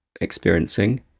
experiencing